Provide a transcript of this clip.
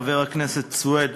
חבר הכנסת סוייד,